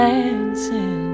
Dancing